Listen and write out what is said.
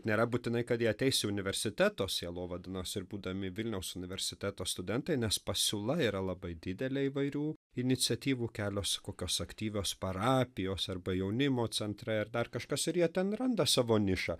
nėra būtinai kad jie ateis į universiteto sielovadą ir būdami vilniaus universiteto studentai nes pasiūla yra labai didelė įvairių iniciatyvų kelios kokios aktyvios parapijos arba jaunimo centrai ar dar kažkas ir jie ten randa savo nišą